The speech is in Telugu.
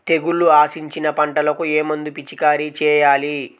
తెగుళ్లు ఆశించిన పంటలకు ఏ మందు పిచికారీ చేయాలి?